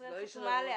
ישראל חתמה עליה.